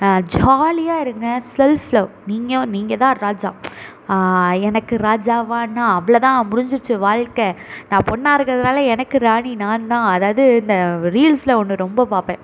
ஜாலியாக இருங்கள் self love நீங்கள் நீங்கள் தான் ராஜா எனக்கு ராஜாவாக நான் அவ்வளவு தான் முடிஞ்சிடுச்சு வாழ்க்க நான் பொண்ணாக இருக்கிறதுனால எனக்கு ராணி நான் தான் அதாவது இந்த ரீல்ஸில் ஒன்று ரொம்ப பார்ப்பேன்